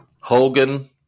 Hogan